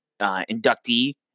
inductee